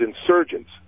insurgents